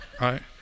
Right